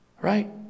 Right